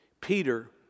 Peter